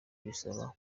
bisaba